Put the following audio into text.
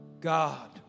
God